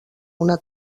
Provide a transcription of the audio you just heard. una